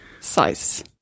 Size